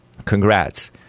Congrats